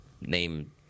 name